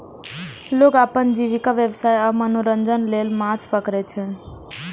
लोग अपन जीविका, व्यवसाय आ मनोरंजन लेल माछ पकड़ै छै